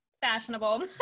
fashionable